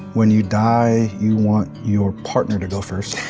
when you die, you want your partner to go first.